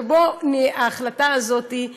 ההחלטה הזאת,